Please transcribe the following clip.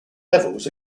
levels